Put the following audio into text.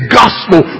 gospel